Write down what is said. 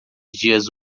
dias